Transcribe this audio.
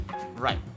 Right